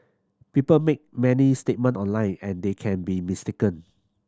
people make many statement online and they can be mistaken